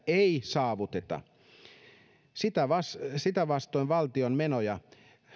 ei saavuteta sitä vastoin valtion menoja